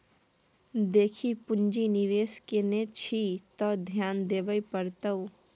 देखी पुंजी निवेश केने छी त ध्यान देबेय पड़तौ